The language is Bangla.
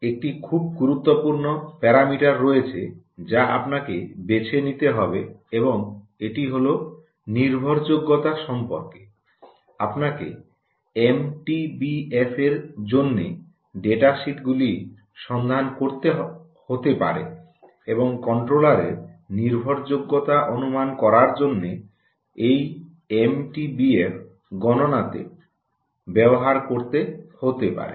একটি খুব গুরুত্বপূর্ণ প্যারামিটার রয়েছে যা আপনাকে বেছে নিতে হবে এবং এটি হল নির্ভরযোগ্যতা সম্পর্কে আপনাকে এমটিবিএফের জন্য ডেটাশিটগুলি সন্ধান করতে হতে পারে এবং কন্ট্রোলারের নির্ভরযোগ্যতা অনুমান করার জন্য এই এমটিবিএফ গণনাতে ব্যবহার করতে হতে পারে